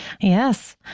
Yes